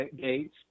Gates